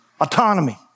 autonomy